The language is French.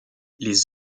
les